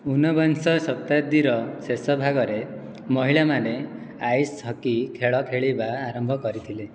ଉନବିଂଶ ଶତାବ୍ଦୀର ଶେଷ ଭାଗରେ ମହିଳାମାନେ ଆଇସ୍ ହକି ଖେଳ ଖେଳିବା ଆରମ୍ଭ କରିଥିଲେ